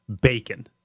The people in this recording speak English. bacon